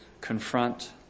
confront